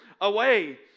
away